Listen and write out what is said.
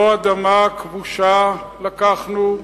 לא אדמה כבושה לקחנו,